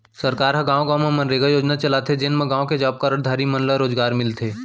सरकार ह गाँव गाँव म मनरेगा योजना चलाथे जेन म गाँव के जॉब कारड धारी मन ल रोजगार मिलथे